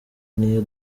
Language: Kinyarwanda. niyo